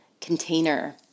container